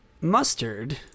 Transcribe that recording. mustard